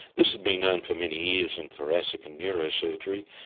this had been known for many years in thoracic and neurosurgery,